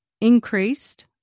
increased